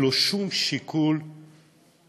אין לו שום שיקול פוליטי,